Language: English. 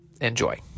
enjoy